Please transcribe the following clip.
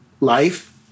life